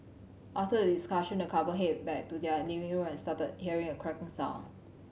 after the discussion the couple headed back to their living room and started hearing a cracking sound